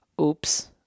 oops